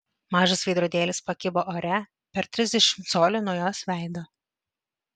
mažas veidrodėlis pakibo ore per trisdešimt colių nuo jos veido